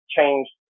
changed